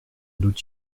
doute